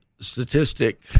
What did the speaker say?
statistic